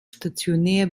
stationär